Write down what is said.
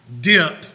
dip